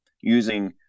using